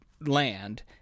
land